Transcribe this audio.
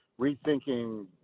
rethinking